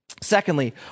Secondly